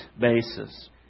basis